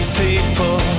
people